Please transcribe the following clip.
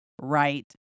right